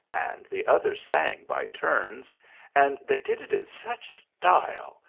and the others sang by turns and they did it in such style,